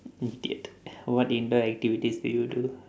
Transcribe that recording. idiot what indoor activities do you do